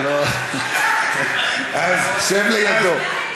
שב לידו.